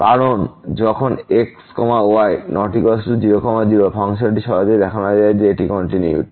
কারণ যখন x y ≠ 0 0 ফাংশনটি সহজেই দেখানো যায় যে এটি কন্টিনিউইটি